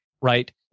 right